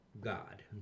God